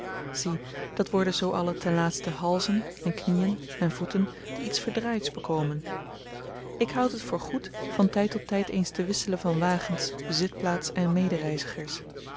zie dat worden zoo alle ten laatste halzen en knieën en voeten die iets verdraaids bekomen ik houd het voor goed van tyd tot tyd eens te wisselen van wagens zitplaats en medereizigers